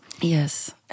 Yes